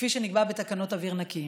כפי שנקבע בתקנות אוויר נקי.